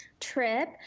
trip